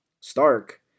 Stark